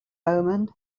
omen